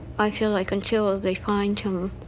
i feel like until ah they find him,